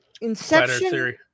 Inception